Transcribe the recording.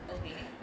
okay